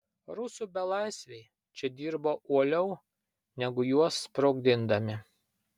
rusų belaisviai čia dirbo uoliau negu juos sprogdindami